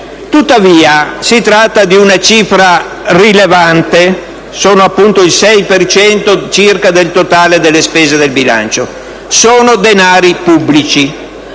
Tuttavia, si tratta di una cifra rilevante - appunto il 6 per cento circa del totale delle spese di bilancio - e sono denari pubblici